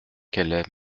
qu’elle